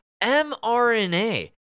mRNA